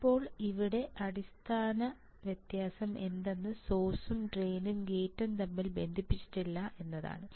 ഇപ്പോൾ ഇവിടെ അടിസ്ഥാന വ്യത്യാസം എന്തെന്നാൽ സോഴ്സും ഡ്രെയിനും ഗേറ്റും തമ്മിൽ ബന്ധിപ്പിച്ചിട്ടില്ല എന്നതാണ്